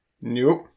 Nope